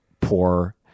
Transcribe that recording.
poor